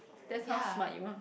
that's how smart you are